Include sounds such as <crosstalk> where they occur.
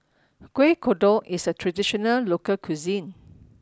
Kuih Kodok is a traditional local cuisine <noise>